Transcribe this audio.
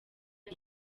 iyo